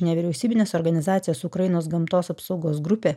nevyriausybinės organizacijos ukrainos gamtos apsaugos grupė